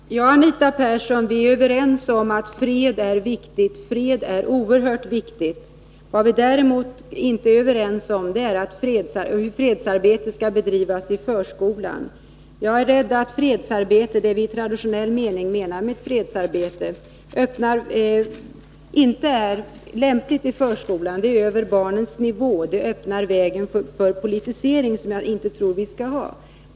Herr talman! Anita Persson och jag är överens om att fred är något oerhört viktigt. Vad vi däremot inte är överens om är hur fredsarbetet skall bedrivas i förskolan. Jag är rädd att det vi i traditionell mening avser med fredsarbete inte är lämpligt i förskolan. Det ligger över barnens nivå, det öppnar vägen för en politisering som jag inte tror att vi skall ha.